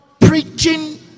Preaching